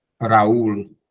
Raul